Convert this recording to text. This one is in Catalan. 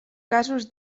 casos